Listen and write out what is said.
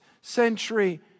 century